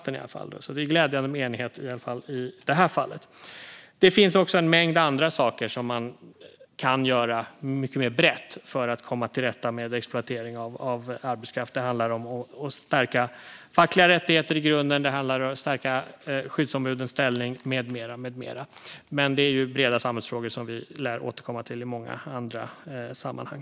Det är i alla fall en glädjande enighet i det här fallet. Det finns också en mängd andra saker som man kan göra mycket mer brett för att komma till rätta med exploatering av arbetskraft. Det handlar om att stärka fackliga rättigheter, att stärka skyddsombudens ställning med mera. Men det är ju breda samhällsfrågor som vi lär återkomma till i många andra sammanhang.